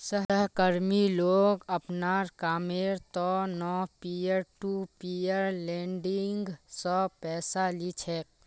सहकर्मी लोग अपनार कामेर त न पीयर टू पीयर लेंडिंग स पैसा ली छेक